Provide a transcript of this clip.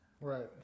Right